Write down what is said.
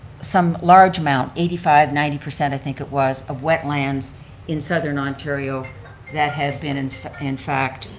some large amount, eighty five, ninety percent i think it was of wetlands in southern ontario that had been and in fact